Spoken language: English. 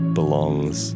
belongs